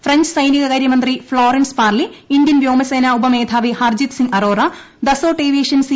French സൈനിക കാര്യ മന്ത്രി ഫ്ളോറൻസ് പാർലി ഇന്ത്യൻ വ്യോമസേന ഉപമേധാവി Harjit Singh Arora Dassault aviation C